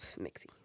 mixy